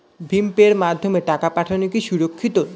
ভিম পের মাধ্যমে টাকা পাঠানো কি সুরক্ষিত?